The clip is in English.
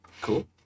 cool